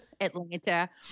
Atlanta